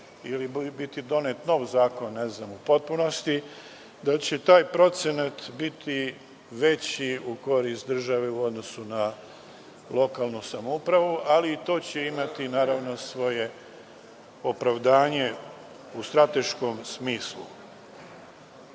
ili bude donet nov zakon, ne znam u potpunosti, da će taj procenat biti veći u korist države u odnosu na lokalnu samoupravu, ali i to će imati svoje opravdanje u strateškom smislu. Dakle,